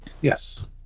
Yes